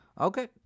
Okay